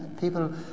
People